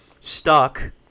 stuck